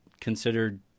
considered